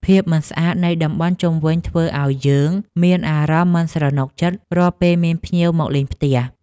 ភាពមិនស្អាតនៃតំបន់ជុំវិញធ្វើឱ្យយើងមានអារម្មណ៍មិនស្រណុកចិត្តរាល់ពេលមានភ្ញៀវមកលេងផ្ទះ។